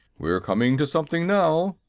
we're coming to something now,